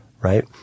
right